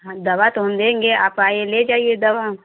हाँ दवा तो हम देंगे आप आइए ले जाइए दवा